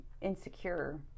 insecure